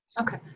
Okay